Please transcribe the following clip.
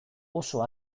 oso